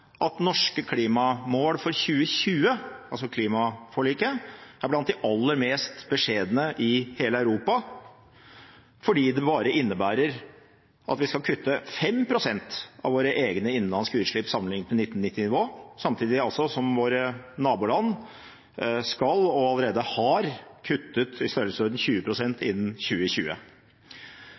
at norske klimamål for 2020, altså klimaforliket, er blant de aller mest beskjedne i hele Europa, fordi det bare innebærer at vi skal kutte 5 pst. av våre egne innenlandske utslipp sammenlignet med 1990-nivå, samtidig som våre naboland skal kutte – og allerede har kuttet – i størrelsesordenen 20 pst. innen 2020.